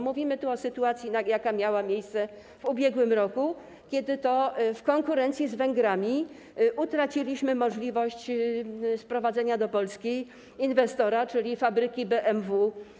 Mówimy tu o sytuacji, jaka miała miejsce w ubiegłym roku, kiedy to w konkurencji z Węgrami utraciliśmy możliwość sprowadzenia do Polski inwestora, czyli fabryki BMW.